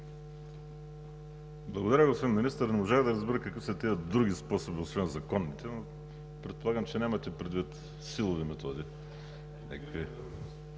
Благодаря, господин Министър. Не можах да разбера какви са тези други способи освен законните, но предполагам, че нямате предвид някакви силови методи.